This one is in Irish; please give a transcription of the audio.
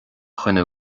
dhuine